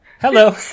Hello